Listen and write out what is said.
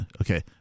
okay